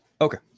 Okay